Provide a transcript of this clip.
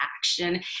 action